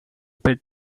pit